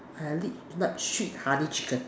I li~ like sweet honey chicken